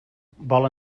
vol